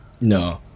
No